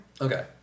Okay